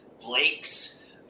Blake's